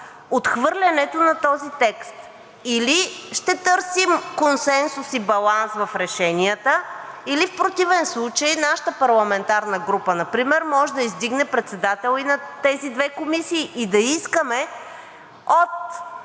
отхвърлянето на този текст? Или ще търсим консенсус и баланс в решенията, или в противен случай нашата парламентарна група например може да издигне председател и на тези две комисии и да искаме от